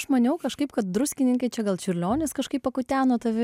aš maniau kažkaip kad druskininkai čia gal čiurlionis kažkaip pakuteno tave